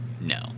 No